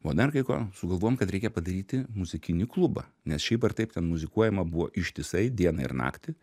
buvo dar kai ko sugalvojom kad reikia padaryti muzikinį klubą nes šiaip ar taip ten muzikuojama buvo ištisai dieną ir naktį